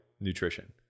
nutrition